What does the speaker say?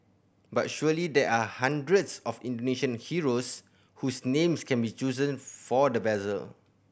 but surely there are hundreds of Indonesian heroes whose names can be chosen for the vessel